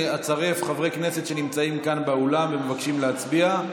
אצרף חברי כנסת שנמצאים כאן באולם ומבקשים להצביע.